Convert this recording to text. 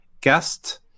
guest